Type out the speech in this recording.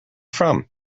from